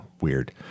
weird